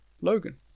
Logan